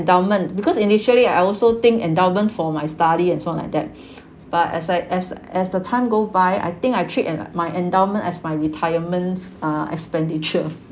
endowment because initially I also think endowment for my study and so on like that but as I as as the time goes by I think I treat en~ my endowment as my retirement uh expenditure